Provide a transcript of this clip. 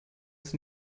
ist